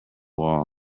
wall